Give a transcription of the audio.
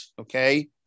Okay